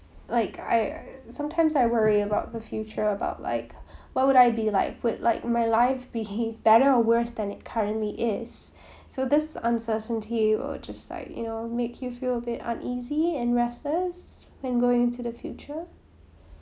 like I sometimes I worry about the future about like what would I be like would like my life be better or worse than it currently is so this uncertainty or just like you know make you feel a bit uneasy and restless when going into the future